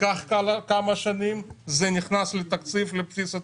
לקח כמה שנים, זה נכנס לבסיס התקציב.